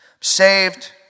saved